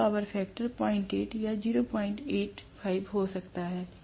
यहां power factor 08 या 085 हो सकता है